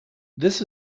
this